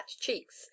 cheeks